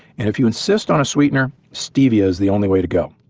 and if you insist on a sweetener stevia is the only way to go.